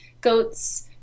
goats